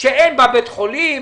שאין בה בית חולים?